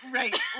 right